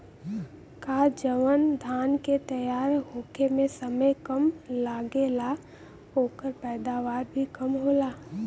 का जवन धान के तैयार होखे में समय कम लागेला ओकर पैदवार भी कम होला?